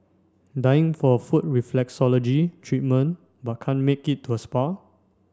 dying for a foot reflexology treatment but can't make it to a spa